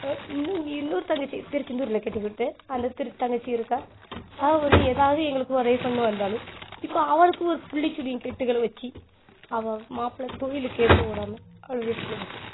இன்னும் இன்னொரு தங்கச்சி திருச்செந்தூரில் கட்டி கொடுத்தேன் அந்த திரு தங்கச்சி இருக்கா அவள் வந்து ஏதாவது எங்களுக்கு உதவி பண்ண வந்தாலும் இப்போ அவளுக்கு ஒரு பில்லி சூனியம் கேட்டு கலவ வச்சி அவள் மாப்பிள்ளை தொழிலுக்கே போக விடாம அவளை வீட்டுக்குள்ளே வச்சிருக்கார்